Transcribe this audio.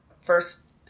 first